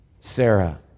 Sarah